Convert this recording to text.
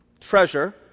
treasure